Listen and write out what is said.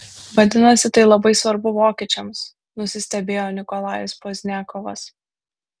vadinasi tai labai svarbu vokiečiams nusistebėjo nikolajus pozdniakovas